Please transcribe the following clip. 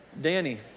Danny